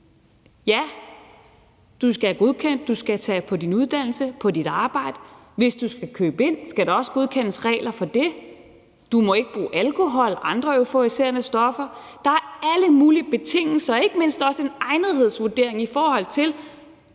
ja, du skal have godkendt, at du skal på din uddannelse eller dit arbejde, og hvis du skal købe ind, skal der også godkendes regler for det. Du må ikke indtage alkohol eller euforiserende stoffer. Der er alle mulige betingelser, ikke mindst også en egnethedsvurdering, i forhold til